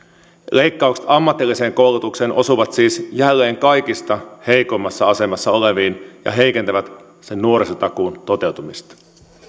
leikkaukset ammatilliseen koulutukseen osuvat siis jälleen kaikista heikoimmassa asemassa oleviin ja heikentävät sen nuorisotakuun toteutumista